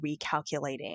recalculating